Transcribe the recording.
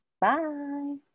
bye